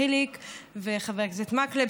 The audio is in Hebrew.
חיליק וחבר הכנסת מקלב,